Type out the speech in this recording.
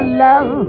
love